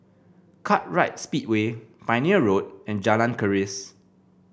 Kartright Speedway Pioneer Road and Jalan Keris